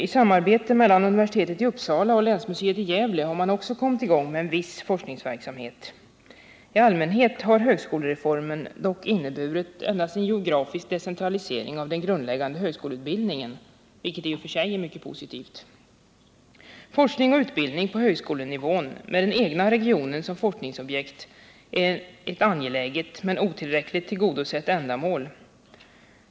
I samarbete mellan universitetet i Uppsala och länsmuseet i Gävle har man också kommit i gång med viss forskningsverksamhet. I allmänhet har högskolereformen dock inneburit endast en geografisk decentralisering av den grundläggande högskoleutbildningen, vilket i och för sig är mycket positivt. Forskning och utbildning på högskolenivån med den egna regionen som forskningsobjekt är ett angeläget men otillräckligt tillgodosett ändamål.